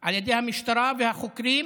על ידי המשטרה והחוקרים